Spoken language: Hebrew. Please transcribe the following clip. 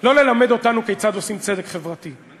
לא ללמד אותנו כיצד עושים צדק חברתי,